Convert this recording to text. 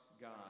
God